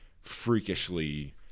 freakishly